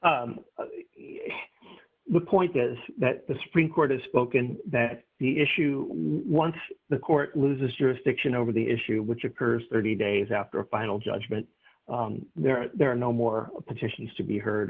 apologize the point is that the supreme court has spoken that the issue once the court loses jurisdiction over the issue which occurs thirty days after a final judgment there are no more petitions to be heard